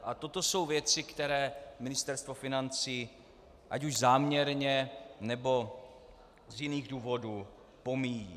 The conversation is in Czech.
A toto jsou věci, které Ministerstvo financí ať už záměrně, nebo z jiných důvodů pomíjí.